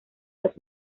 los